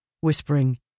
whispering